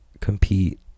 compete